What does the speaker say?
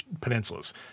peninsulas